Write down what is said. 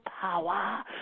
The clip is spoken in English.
power